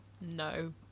no